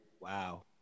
Wow